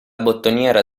bottoniera